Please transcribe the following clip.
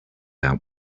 out